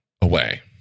away